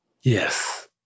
Yes